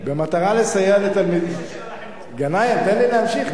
במטרה לסייע לתלמידים, גנאים, תן לי להמשיך, נו.